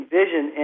vision